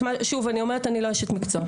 שוב אני אומרת אני לא אשת מקצוע,